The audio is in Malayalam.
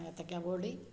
ഏത്തയ്ക്ക ബോളി